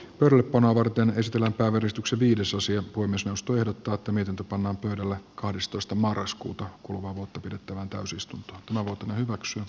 repo nuorten ristillä kaveristuksen viides osia kuin suostuivat tuottamisen tapana pyydellä kahdestoista marraskuuta kuluvaa kuuta pidettävään täysistuntoon mahdoton hyväksyä